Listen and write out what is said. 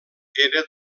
era